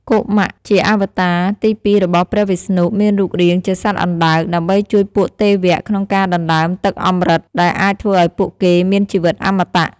កុម៌ ជាអវតារទីពីររបស់ព្រះវិស្ណុមានរូបរាងជាសត្វអណ្តើក ដើម្បីជួយពួកទេវៈក្នុងការដណ្តើមទឹកអម្រឹត (ដែលអាចធ្វើឱ្យពួកគេមានជីវិតអមតៈ)។